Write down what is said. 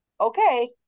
okay